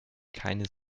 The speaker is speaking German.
keine